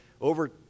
over